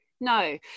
no